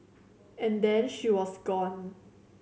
and then she was gone